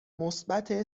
مثبت